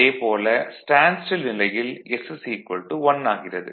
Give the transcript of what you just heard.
அதே போல stand still நிலையில் s 1 ஆகிறது